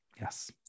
Yes